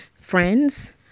friends